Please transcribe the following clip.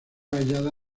hallada